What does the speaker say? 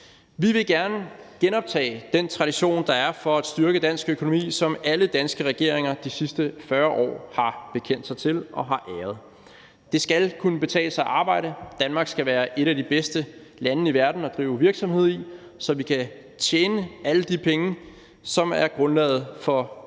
Vi vil gerne genoptage den tradition, der er for at styrke dansk økonomi, som alle danske regeringer de sidste 40 år har bekendt sig til og har æret. Det skal kunne betale sig at arbejde. Danmark skal være et af de bedste lande i verden at drive virksomhed i, så vi kan tjene alle de penge, som er grundlaget for velfærden.